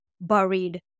buried